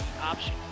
option